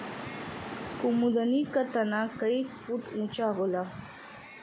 कुमुदनी क तना कई फुट ऊँचा होला